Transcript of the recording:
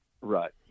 Right